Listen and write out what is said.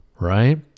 right